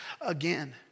again